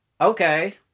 Okay